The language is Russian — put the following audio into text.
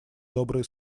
добрые